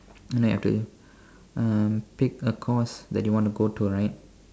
then you have to uh pick a course that you want to go to right